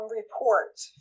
reports